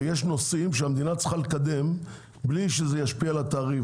ויש נושאים שהמדינה צריכה לקדם בלי שזה ישפיע על התעריף.